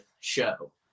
show